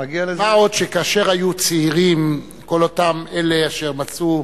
מה גם שכאשר היו צעירים, כל אותם אלה אשר מצאו